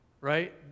right